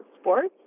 sports